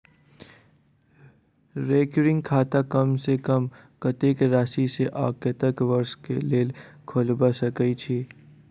recurring खाता कम सँ कम कत्तेक राशि सऽ आ कत्तेक वर्ष कऽ लेल खोलबा सकय छी